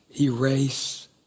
erase